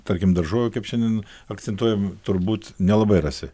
tarkim daržovių kaip šiandien akcentuojam turbūt nelabai rasi